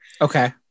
Okay